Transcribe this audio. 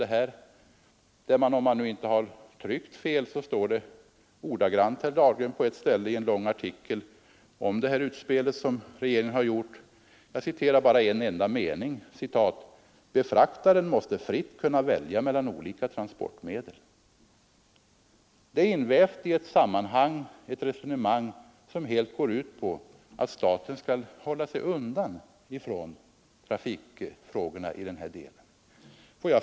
Där står det — och jag förmodar att det inte rör sig om något tryckfel — i en lång artikel om det utspel som regeringen har gjort: ”Befraktaren måste fritt kunna välja mellan olika transportmedel.” Resonemanget där går ut på att staten skall hålla sig undan från trafikfrågorna i denna del.